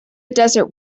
desert